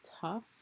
tough